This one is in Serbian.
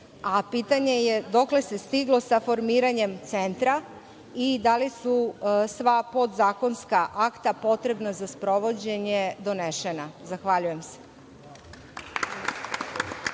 a pitanje je dokle se stiglo sa formiranjem Centra i da li su sva podzakonska akta potrebna za sprovođenje donesena? **Đorđe